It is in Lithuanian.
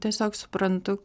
tiesiog suprantu